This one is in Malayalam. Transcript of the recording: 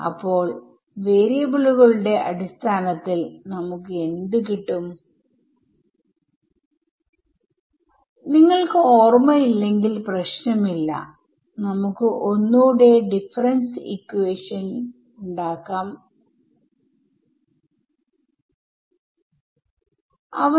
അപ്പോൾ വാരിയബിളുകളുടെ അടിസ്ഥാനത്തിൽ നമുക്ക് എന്ത് കിട്ടും നിങ്ങൾക്ക് ഓർമ്മ ഇല്ലെങ്കിൽ പ്രശ്നമില്ല നമുക്ക് ഒന്നൂടെ ഡിഫറെൻസ് ഇക്വേഷൻ ഉണ്ടാക്കാം ചെയ്യാം